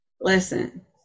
Listen